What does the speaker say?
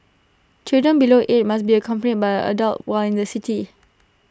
children below eight must be accompanied by an adult while in the city